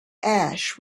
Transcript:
ash